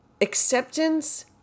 Acceptance